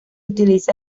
utiliza